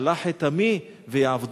שלח את עמי ויעבדוני,